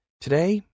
Today